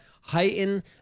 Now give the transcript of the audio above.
heighten